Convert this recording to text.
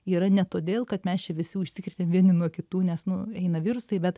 yra ne todėl kad mes čia visi užsikrėtėm vieni nuo kitų nes nu eina virusai bet